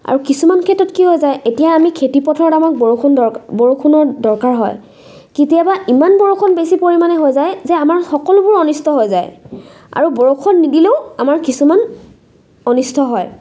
আৰু কিছুমান ক্ষেত্ৰত কি হৈ যায় এতিয়া আমি খেতিপথাৰত আমাক বৰষুণ বৰষুণৰ দৰকাৰ হয় কেতিয়াবা ইমান বৰষুণ বেছি পৰিমাণে হৈ যায় যে আমাৰ সকলোবোৰ অনিষ্ট হৈ যায় আৰু বৰষুণ নিদিলেও আমাৰ কিছুমান অনিষ্ট হয়